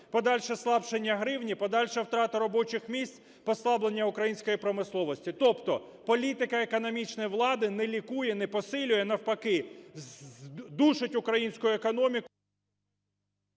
Подальше слабшання гривні, подальша втрата робочих місць, послаблення української промисловості. Тобто політика економічна влади не лікує, не посилює, а навпаки душить українську економіку…